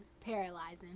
Paralyzing